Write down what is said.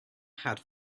had